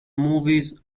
movies